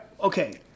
okay